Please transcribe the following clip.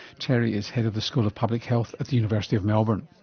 terry is head of the school of public health at the university of melbourne.